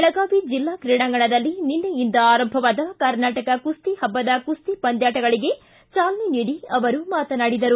ಬೆಳಗಾವಿ ಜಿಲ್ಲಾ ಕ್ರೀಡಾಂಗಣದಲ್ಲಿ ನಿನ್ನೆಯಿಂದ ಆರಂಭವಾದ ಕರ್ನಾಟಕ ಕುಸ್ತಿ ಹಬ್ಬದ ಕುಸ್ತಿ ಪಂದ್ಭಾಟಗಳಿಗೆ ಚಾಲನೆ ನೀಡಿ ಅವರು ಮಾತನಾಡಿದರು